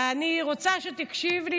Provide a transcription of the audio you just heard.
אני רוצה שתקשיב לי,